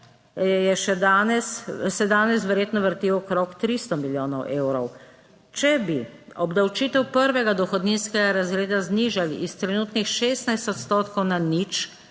se danes verjetno vrti okrog 300 milijonov evrov. Če bi obdavčitev prvega dohodninskega razreda znižali iz trenutnih 16 odstotkov na nič,